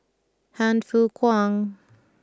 Han Fook Kwang